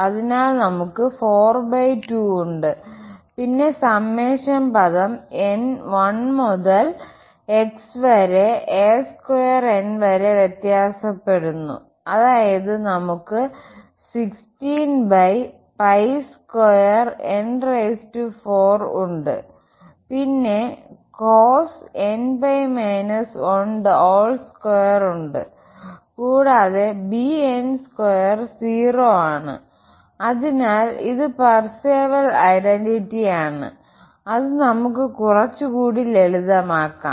അതിനാൽ നമുക്ക്42ഉണ്ട് പിന്നെ സമ്മേഷൻ പദം n 1 മുതൽ വരെ വ്യത്യാസപ്പെടുന്നു അതായത് നമുക്ക് ഉണ്ട് പിന്നെ ഉണ്ട് കൂടാതെ bn 2 0 ആണ് അതിനാൽ ഇത് പാർസെവൽ ഐഡന്റിറ്റിയാണ് അത് നമുക്ക് കുറച്ചുകൂടി ലളിതമാക്കാം